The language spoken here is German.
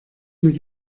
mit